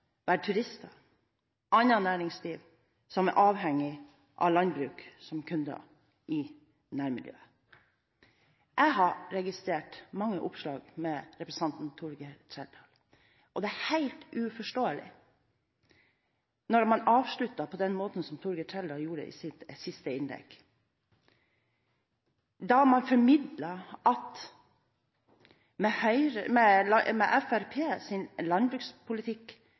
være turister og annet næringsliv som er avhengig av landbruk som kunder i nærmiljøet. Jeg har registrert mange oppslag med representanten Torgeir Trældal. Det er helt uforståelig at man avslutter på den måten Torgeir Trældal gjorde i sitt siste innlegg. Han har formidlet at med Fremskrittspartiets landbrukspolitikk